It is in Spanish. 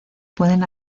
pueden